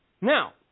Now